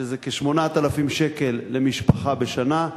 שזה כ-8,000 שקל למשפחה בשנה,